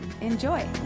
enjoy